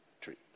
treat